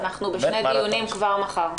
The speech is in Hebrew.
אנחנו בשני דיונים כבר מחר.